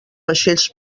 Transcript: vaixells